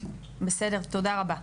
בסדר תודה רבה.